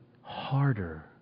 harder